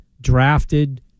drafted